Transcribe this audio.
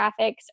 graphics